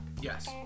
Yes